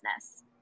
business